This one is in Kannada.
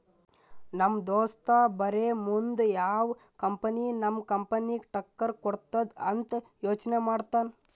ನಮ್ ದೋಸ್ತ ಬರೇ ಮುಂದ್ ಯಾವ್ ಕಂಪನಿ ನಮ್ ಕಂಪನಿಗ್ ಟಕ್ಕರ್ ಕೊಡ್ತುದ್ ಅಂತ್ ಯೋಚ್ನೆ ಮಾಡ್ತಾನ್